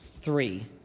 Three